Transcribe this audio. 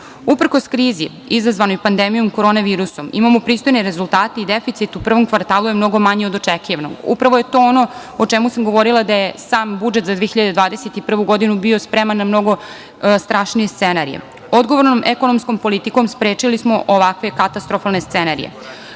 Srbije. Uprkos krizi izazvanoj pandemijom korone virusa imamo pristojne rezultate i deficit u prvom kvartalu je mnogo manji od očekivanog. Upravo je to ono o čemu sam govorila da je sam budžet za 2021. godinu bio spreman na mnogo strašnije scenarije. Odgovornom ekonomskom politikom sprečili smo ovakve katastrofalne scenarije.